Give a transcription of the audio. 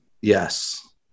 Yes